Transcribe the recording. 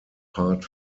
part